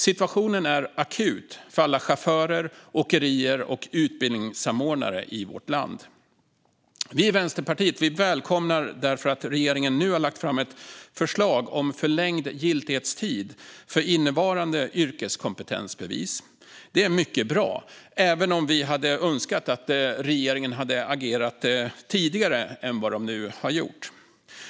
Situationen är akut för alla chaufförer, åkerier och utbildningssamordnare i vårt land. Vi i Vänsterpartiet välkomnar därför att regeringen nu har lagt fram ett förslag om förlängd giltighetstid för innevarande yrkeskompetensbevis. Det är mycket bra, även om vi hade önskat att regeringen hade agerat tidigare än den gjorde.